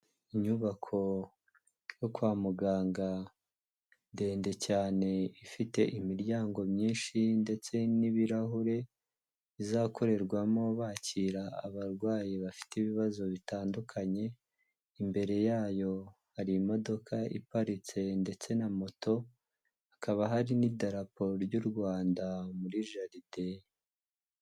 Inyubako yo kwa muganga ndende cyane ifite imiryango myinshi ndetse n'ibirahure, izakorerwamo bakira abarwayi bafite ibibazo bitandukanye, imbere yayo hari imodoka iparitse ndetse na moto, hakaba hari n'idarapo ry'u Rwanda muri jaride.